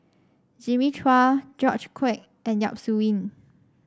Jimmy Chua George Quek and Yap Su Yin